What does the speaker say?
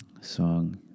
song